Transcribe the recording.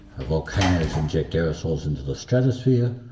volcanoes inject aerosols into the stratosphere,